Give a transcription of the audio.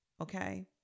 Okay